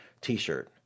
t-shirt